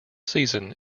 season